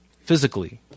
physically